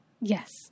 Yes